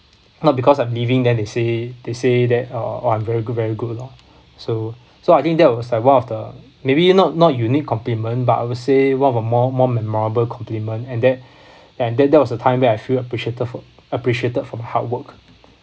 not because I'm leaving then they say they say that oh I'm very good very good you know so so I think that was like one of the maybe not not unique compliment but I would say one of the more more memorable complement and that and that that was the time where I feel appreciated for appreciated for my hard work